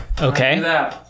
Okay